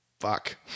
fuck